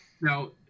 Now